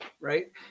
right